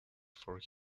for